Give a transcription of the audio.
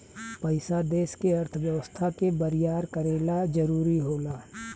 पइसा देश के अर्थव्यवस्था के बरियार करे ला जरुरी होला